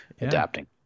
adapting